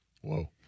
Whoa